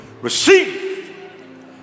Receive